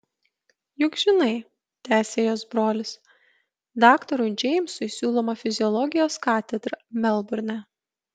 juk žinai tęsė jos brolis daktarui džeimsui siūloma fiziologijos katedra melburne